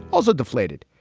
also deflated.